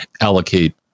allocate